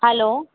hello